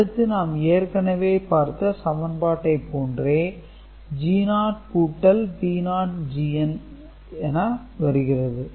அடுத்து நாம் ஏற்கனவே பார்த்த சமன்பாட்டை போன்றே G0 கூட்டல் P0 Cn என வருகிறது